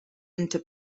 into